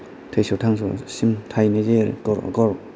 थैस' थांस'सिम थाहैनाय जायो आरो गर गर